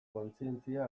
kontzientzia